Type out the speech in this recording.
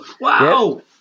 wow